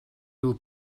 will